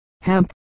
hemp